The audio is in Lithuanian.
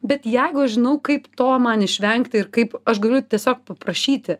bet jeigu aš žinau kaip to man išvengti ir kaip aš galiu tiesiog paprašyti